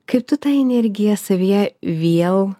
kaip tu tą energiją savyje vėl